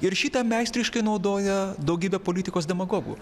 ir šitą meistriškai naudoja daugybė politikos demagogų